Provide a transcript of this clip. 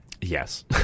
yes